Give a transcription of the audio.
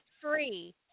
free